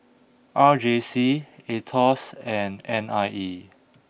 R J C Aetos and N I E